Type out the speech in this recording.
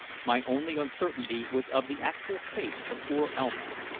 my only uncertainty was of the actual fate of poor elma.